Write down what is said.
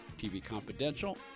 tvconfidential